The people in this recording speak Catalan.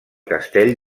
castell